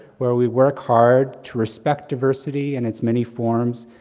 where we work hard to respect diversity in its many forms,